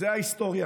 זו ההיסטוריה.